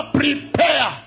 prepare